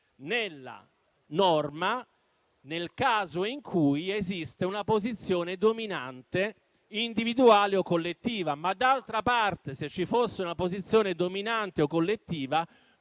nella norma "nel caso in cui esiste una posizione dominante individuale o collettiva". Ma d'altra parte, se ci fosse una posizione dominante o collettiva,